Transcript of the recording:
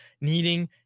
needing